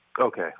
Okay